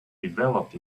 developed